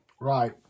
right